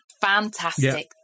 Fantastic